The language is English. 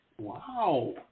Wow